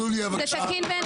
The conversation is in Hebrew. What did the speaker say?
יוליה, בבקשה.